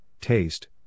taste